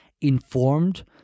informed